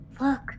look